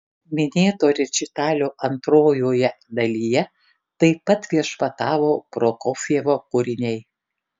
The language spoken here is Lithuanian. minėto rečitalio antrojoje dalyje taip pat viešpatavo prokofjevo kūriniai